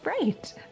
Right